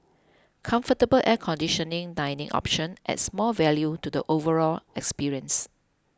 comfortable air conditioning dining option adds more value to the overall experience